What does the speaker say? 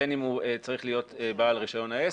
בין אם הוא צריך להיות בעל רישיון העסק,